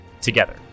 Together